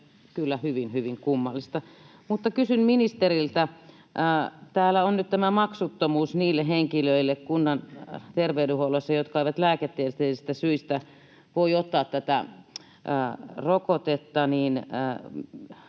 hyvin, hyvin kummallista — mutta kysyn ministeriltä. Täällä on nyt tämä maksuttomuus kunnan terveydenhuollossa niille henkilöille, jotka eivät lääketieteellisistä syistä voi ottaa tätä rokotetta.